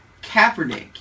Kaepernick